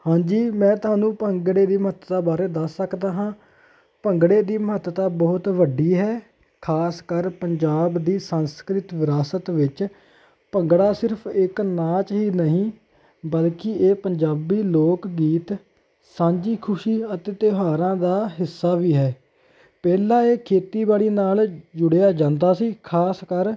ਹਾਂਜੀ ਮੈਂ ਤੁਹਾਨੂੰ ਭੰਗੜੇ ਦੀ ਮਹੱਤਤਾ ਬਾਰੇ ਦੱਸ ਸਕਦਾ ਹਾਂ ਭੰਗੜੇ ਦੀ ਮਹੱਤਤਾ ਬਹੁਤ ਵੱਡੀ ਹੈ ਖਾਸ ਕਰ ਪੰਜਾਬ ਦੀ ਸੰਸਕ੍ਰਿਤ ਵਿਰਾਸਤ ਵਿੱਚ ਭੰਗੜਾ ਸਿਰਫ ਇੱਕ ਨਾਚ ਹੀ ਨਹੀਂ ਬਲਕਿ ਇਹ ਪੰਜਾਬੀ ਲੋਕ ਗੀਤ ਸਾਂਝੀ ਖੁਸ਼ੀ ਅਤੇ ਤਿਓਹਾਰਾਂ ਦਾ ਹਿੱਸਾ ਵੀ ਹੈ ਪਹਿਲਾ ਇਹ ਖੇਤੀਬਾੜੀ ਨਾਲ ਜੁੜਿਆ ਜਾਂਦਾ ਸੀ ਖਾਸ ਕਰ